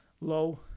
low